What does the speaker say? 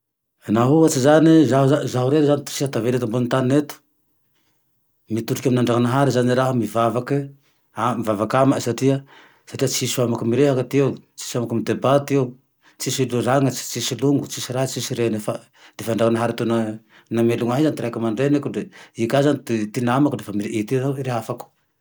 Naha ohatsy zane zaho rry zane ty sisane tavela ambony tane eto mitodiky ame Andriananahary zane raho mivavake, mivavaky ame satria, satria tsy misy afaky mireheky ty eo, tsy misy afake manao debà ty eo, tsisy olo irana, tsisy longo, tsisy ra, tsisy reny, defa Ndranahary namelony ahy io zane ty ray aman-dreniko, i ka zane ty namako laha i te ho rehafako.